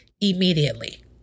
immediately